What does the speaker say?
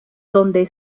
donde